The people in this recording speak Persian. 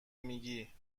میگیی